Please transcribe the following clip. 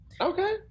Okay